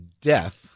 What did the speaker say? death